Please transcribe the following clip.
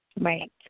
right